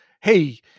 hey